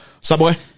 subway